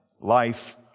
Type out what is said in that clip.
life